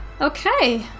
Okay